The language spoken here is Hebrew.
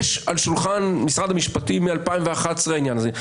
יש על שולחן משרד המשפטים מ-2011 העניין הזה.